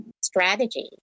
strategy